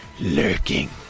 lurking